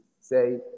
say